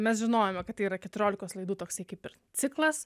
mes žinojome kad yra keturiolikos laidų toksai kaip ir ciklas